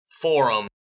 forum